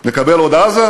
נקבל עוד עזה?